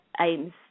aims